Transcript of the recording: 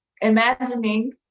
Imagining